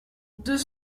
deux